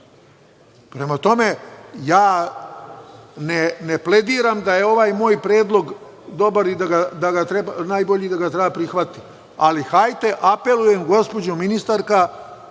tome, ja ne plediram da je ovaj moj predlog najbolji i da ga treba prihvatiti, ali hajde, apelujem, gospođo ministarka,